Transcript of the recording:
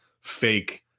fake